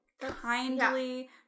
Kindly